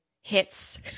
hits